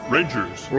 Rangers